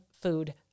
food